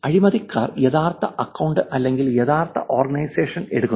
അഴിമതിക്കാർ യഥാർത്ഥ അക്കൌണ്ട് അല്ലെങ്കിൽ യഥാർത്ഥ ഓർഗനൈസേഷൻ എടുക്കുന്നു